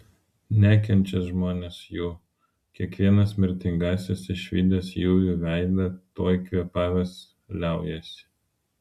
nekenčia žmonės jų kiekvienas mirtingasis išvydęs jųjų veidą tuoj kvėpavęs liaujasi